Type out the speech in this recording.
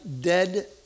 dead